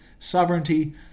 sovereignty